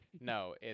No